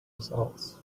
results